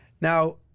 Now